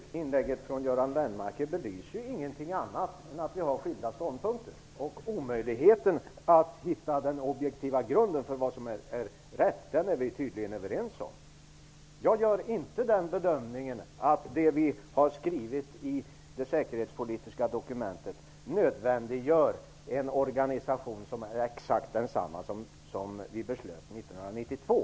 Fru talman! Det här inlägget från Göran Lennmarker belyser inget annat än att vi har skilda ståndpunkter. Omöjligheten i att hitta en objektiv grund för vad som är rätt är vi tydligen överens om. Jag gör inte bedömningen att det vi har skrivit i det säkerhetspolitiska dokumentet nödvändiggör en organisation som är exakt densamma som den vi beslutade om 1992.